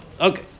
Okay